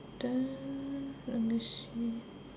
then let me see